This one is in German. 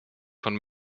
von